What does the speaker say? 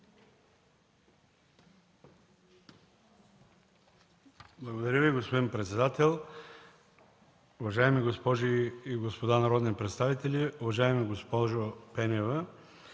Благодаря Ви, госпожо председател. Уважаеми госпожи и господа народни представители, уважаеми господин